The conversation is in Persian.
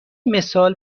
مثال